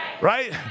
right